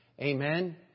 Amen